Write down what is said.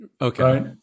Okay